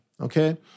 Okay